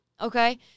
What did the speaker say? Okay